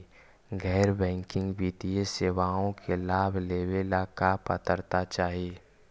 गैर बैंकिंग वित्तीय सेवाओं के लाभ लेवेला का पात्रता चाही?